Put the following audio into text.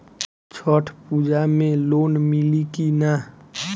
छठ पूजा मे लोन मिली की ना?